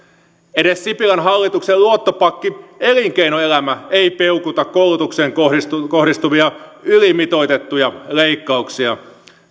edes sipilän hallituksen luottopakki elinkeinoelämä ei peukuta koulutukseen kohdistuvia ylimitoitettuja leikkauksia